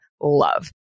love